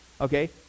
Okay